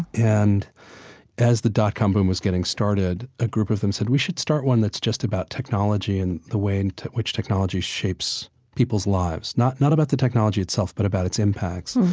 and as the dot-com boom was getting started, a group of them said, we should start one that's just about technology and the way and in which technology shapes people's lives. not not about the technology itself, but about its impacts.